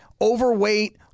overweight